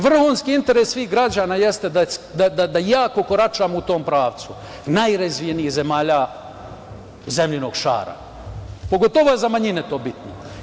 Vrhunski interes svih građana jeste da jako koračamo u tom pravcu, najrazvijenijih zemalja zemljinog šara, pogotovo je to za manjine bitno.